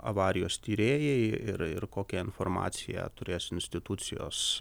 avarijos tyrėjai ir ir kokią informaciją turės institucijos